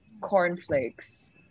cornflakes